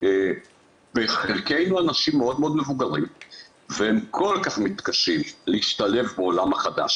אם רצינו להעביר את כל מערכת החינוך ללמידה מרחוק,